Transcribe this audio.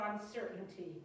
uncertainty